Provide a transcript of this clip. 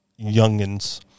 youngins